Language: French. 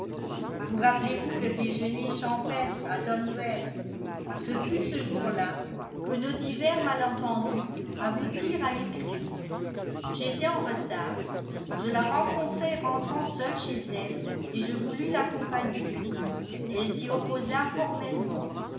vous rappelez-vous le déjeuner champêtre à donwell ce fut ce jour-là que nous divers malentendus aboutirent à une crise j'étais en retard je la rencontrai rentrant seule chez elle et je voulus l'accompagner elle s'y opposa formellement